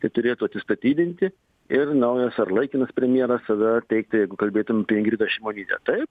tai turėtų atsistatydinti ir naujas ar laikinas premjeras tada teikti jeigu kalbėtume apie ingridą šimonytę taip